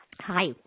hi